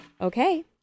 Okay